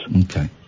Okay